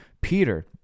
Peter